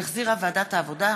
שהחזירה ועדת העבודה,